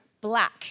black